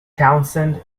townsend